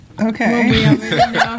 Okay